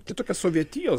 tai tokia sovietijos